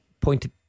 Pointed